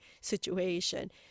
situation